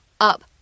up